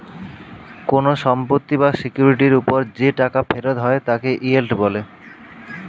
কোন সম্পত্তি বা সিকিউরিটির উপর যে টাকা ফেরত হয় তাকে ইয়েল্ড বলে